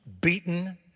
beaten